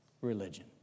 religion